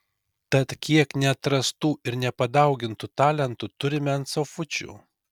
tad kiek neatrastų ir nepadaugintų talentų turime ant sofučių